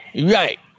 Right